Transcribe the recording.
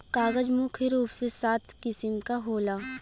कागज मुख्य रूप से सात किसिम क होला